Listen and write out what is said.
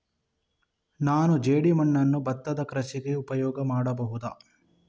ನಾನು ಜೇಡಿಮಣ್ಣನ್ನು ಭತ್ತದ ಕೃಷಿಗೆ ಉಪಯೋಗ ಮಾಡಬಹುದಾ?